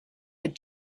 had